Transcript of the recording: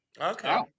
Okay